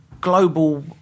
global